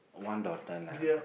one daughter lah